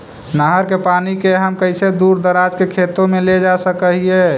नहर के पानी के हम कैसे दुर दराज के खेतों में ले जा सक हिय?